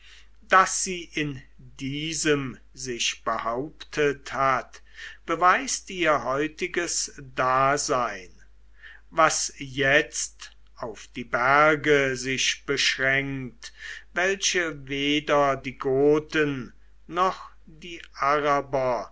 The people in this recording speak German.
daß sie in diesem sich behauptet hat beweist ihr heutiges dasein was jetzt auf die berge sich beschränkt welche weder die goten noch die araber